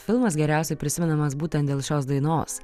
filmas geriausiai prisimenamas būtent dėl šios dainos